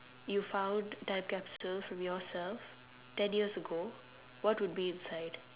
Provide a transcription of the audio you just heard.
you found time capsule from yourself ten years ago what would be inside